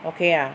okay ah